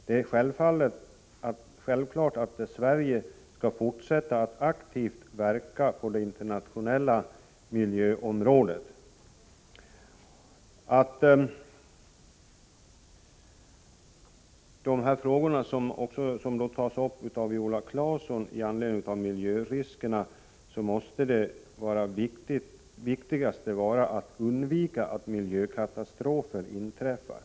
Det är självklart att Sverige skall fortsätta att aktivt verka på det internationella miljöområdet. Vad gäller de frågor som tas upp av Viola Claesson i anledning av miljöriskerna måste det viktigaste vara att försöka undvika att miljökatastrofer inträffar.